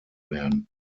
werden